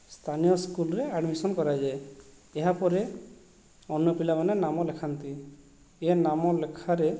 ସ୍ଥାନୀୟ ସ୍କୁଲରେ ଆଡ଼ମିଶନ କରାଯାଏ ଏହାପରେ ଅନ୍ୟ ପିଲାମାନେ ନାମ ଲେଖାନ୍ତି ଏ ନାମ ଲେଖାରେ